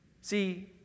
See